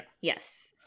Yes